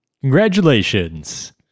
Congratulations